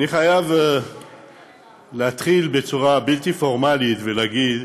אני חייב להתחיל בצורה בלתי פורמלית ולהגיד,